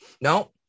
No